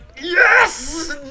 YES